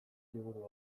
liburu